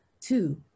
Two